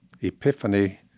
epiphany